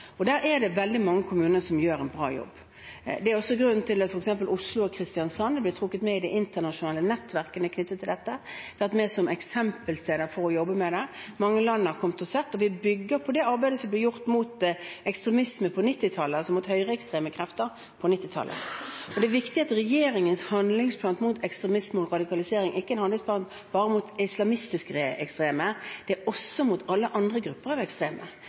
og der er det veldig mange kommuner som gjør en bra jobb. Det er også grunnen til at f.eks. Oslo og Kristiansand er blitt trukket med i de internasjonale nettverkene knyttet til dette, de har vært med som eksempelsteder for å jobbe med dette, og mange land har kommet og sett. Og vi bygger på det arbeidet som ble gjort mot ekstremisme, altså mot høyreekstreme krefter, på 1990-tallet. Det er viktig at regjeringens handlingsplan mot ekstremisme og radikalisering ikke er en handlingsplan bare mot islamistiske ekstreme. Det er også mot alle andre grupper av ekstreme.